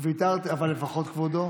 ויתרתי, אבל לפחות כבודו.